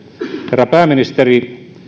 herra pääministeri